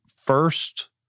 first